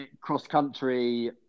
Cross-country